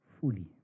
fully